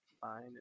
fine